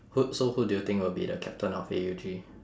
who so who do you think will be the captain of A_U_G